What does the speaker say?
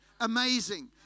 amazing